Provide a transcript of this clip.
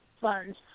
funds